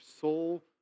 soul